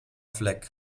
fleck